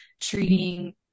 treating